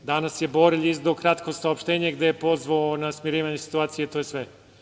Danas je Borelj izdao kratko saopštenje gde je pozvao na smirivanje situacije i to je sve.